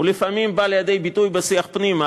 הוא לפעמים בא לידי ביטוי בשיח פנימה,